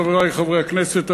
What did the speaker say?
חברי חברי הכנסת,